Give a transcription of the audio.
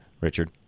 Richard